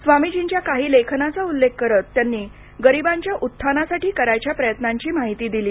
स्वामीर्जीच्या काही लेखनाचा उल्लेख करत त्यांनी गरिबांच्या उत्थानासाठी करायच्या प्रयत्नांची माहिती दिली